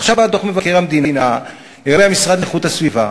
ועכשיו בא דוח מבקר המדינה לגבי המשרד להגנת הסביבה